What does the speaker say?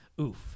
oof